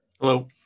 Hello